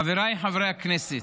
חבריי חברי הכנסת,